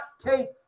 take